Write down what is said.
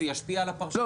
זה ישפיע על הפרשנות.